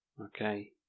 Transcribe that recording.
okay